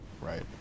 right